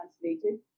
translated